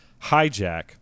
hijack